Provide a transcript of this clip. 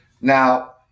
Now